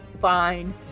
fine